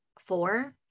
four